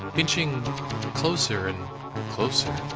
inching closer and closer.